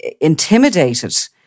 intimidated